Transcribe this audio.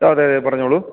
അതേ പറഞ്ഞോളൂ